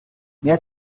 mehr